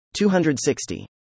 260